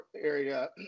area